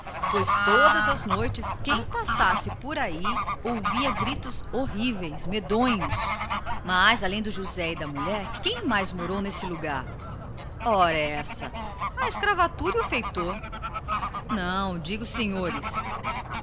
pois todas as noites quem passasse por aí ouvia gritos medonhos de arrepiar o couro mas além do josé e da mulher quem mais morou nesse lugar oressa a escravatura e o feitor não digo senhores